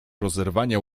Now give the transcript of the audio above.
rozerwania